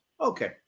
Okay